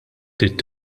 trid